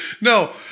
No